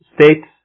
states